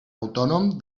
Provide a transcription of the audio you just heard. autònom